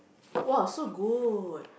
!wah! so good